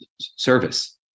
service